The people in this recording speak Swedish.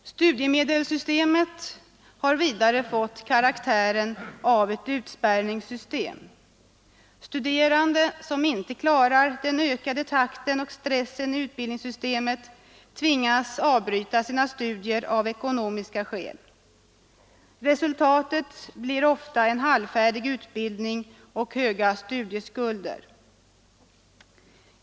Studiemedelssystemet har vidare fått karaktären av ett utspärrningssystem. Studerande som inte klarar den ökade takten och stressen i utbildningssystemet tvingas avbryta sina studier av ekonomiska skäl. Resultatet blir ofta en halvfärdig utbildning och höga studieskulder.